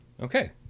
Okay